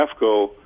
AFCO